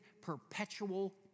perpetual